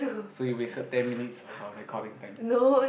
so you wasted ten minutes of our recording time